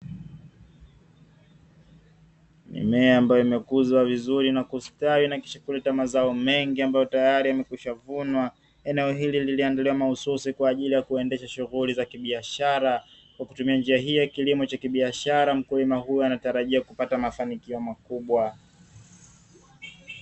Mimea ambayo imekuzwa vizuri na kustawi na kisha kuleta mazao mengi ambayo tayari yamesha vunwa. Eneo hili limeandaliwa mahususi kwajili ya kuendesha shughuli za kibiashara kwakutumia njia hii ya kilimo cha kibiashara mkulima huyo anatarajia kupata mafanikio makubwa.